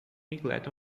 neglect